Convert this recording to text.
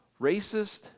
racist